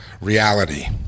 reality